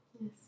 Yes